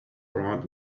around